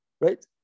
right